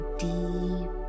deep